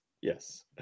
Yes